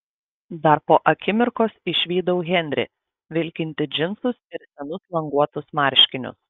dar po akimirkos išvydau henrį vilkintį džinsus ir senus languotus marškinius